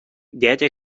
дядя